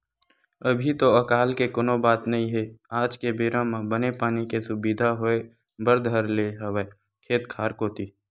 अभी तो अकाल के कोनो बात नई हे आज के बेरा म बने पानी के सुबिधा होय बर धर ले हवय खेत खार कोती